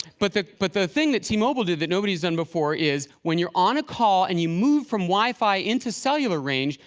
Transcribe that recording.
but the but the thing that t-mobile did that nobody's done before is, when you're on a call an and you move from wi-fi into cellular range,